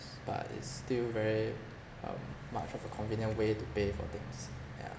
but it's still very um much of a convenient way to pay for things